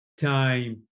time